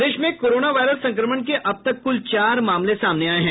प्रदेश में corona virus संक्रमण के अब तक कुल चार मामले सामने आये हैं